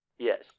Yes